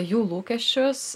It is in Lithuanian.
jų lūkesčius